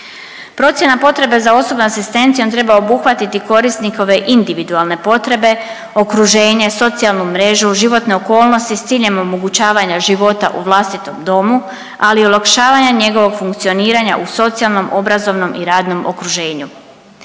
Procjena potrebe za osobnom asistencijom treba obuhvatiti korisnikove individualne potrebe, okruženje, socijalnu mrežu, životne okolnosti s ciljem omogućavanja života u vlastitom domu, ali i olakšavanje njegovog funkcioniranja u socijalnom, obrazovnom i radnom okruženju.